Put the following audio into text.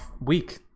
week